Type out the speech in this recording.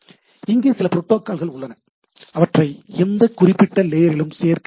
இங்கே சில புரோட்டோகால் உள்ளன அவற்றை எந்த குறிப்பிட்ட லேயரிலும் சேர்க்க இயலாது